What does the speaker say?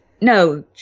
No